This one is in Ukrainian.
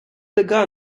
дега